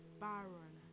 baron